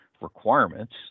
requirements